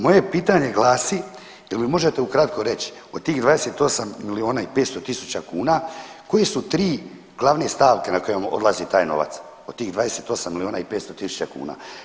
Moje pitanje glasi, je li možete ukratko reći od tih 28 miliona i 500 tisuća kuna koje su tri glavne stavke na koje vam odlazi taj novac od tih 28 miliona i 500 tisuća kuna?